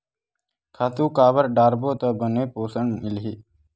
खातु काबर डारबो त बने पोषण मिलही?